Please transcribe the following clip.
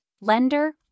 lender